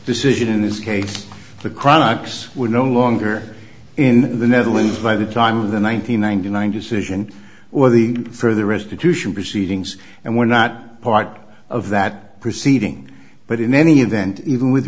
decision in this case the crocs were no longer in the netherlands by the time of the one nine hundred ninety nine decision or the for the restitution proceedings and were not part of that proceeding but in any event even with